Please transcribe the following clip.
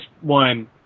one